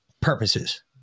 purposes